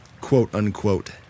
quote-unquote